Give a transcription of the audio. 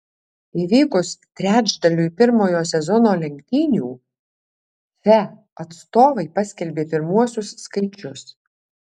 įvykus trečdaliui pirmojo sezono lenktynių fe atstovai paskelbė pirmuosius skaičius